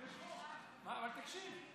תקשיב.